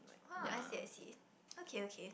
!wah! I see I see okay okay